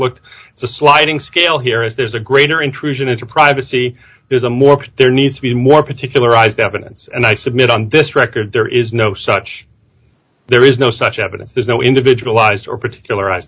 what it's a sliding scale here is there's a greater intrusion into privacy there's a more there needs to be more particularized evidence and i submit on this record there is no such there is no such evidence there's no individualized or particular